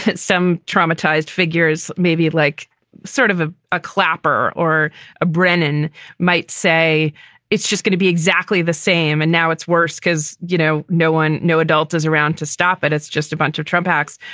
some traumatized figures, maybe like sort of a a clapper or a brennan might say it's just going to be exactly the same. and now it's worse because, you know, no one no adult is around to stop it. it's just a bunch of trump hacks.